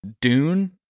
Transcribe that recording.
Dune